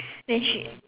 then she